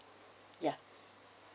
ya